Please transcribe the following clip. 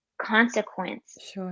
consequence